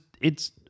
it's-